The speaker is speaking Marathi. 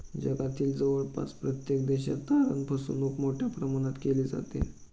जगातील जवळपास प्रत्येक देशात तारण फसवणूक मोठ्या प्रमाणात केली जाते